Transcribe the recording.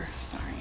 Sorry